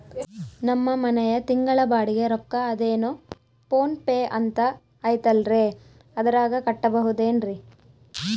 ನಮ್ಮ ಮನೆಯ ತಿಂಗಳ ಬಾಡಿಗೆ ರೊಕ್ಕ ಅದೇನೋ ಪೋನ್ ಪೇ ಅಂತಾ ಐತಲ್ರೇ ಅದರಾಗ ಕಟ್ಟಬಹುದೇನ್ರಿ?